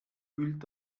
fühlt